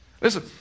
listen